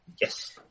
Yes